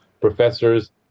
professors